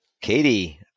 Katie